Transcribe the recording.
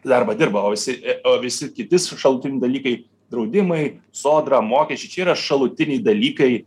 darbą dirba o visi o visi kiti šalutiniai dalykai draudimai sodra mokesčiai čia yra šalutiniai dalykai